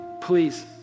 Please